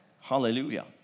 hallelujah